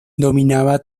dominaba